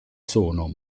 sono